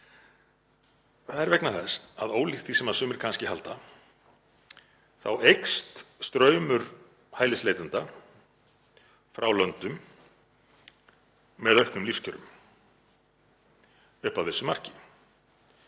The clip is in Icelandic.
Það er vegna þess að ólíkt því sem sumir kannski halda þá eykst straumur hælisleitenda frá löndum með auknum lífskjörum upp að vissu marki,